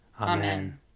Amen